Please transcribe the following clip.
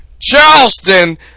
Charleston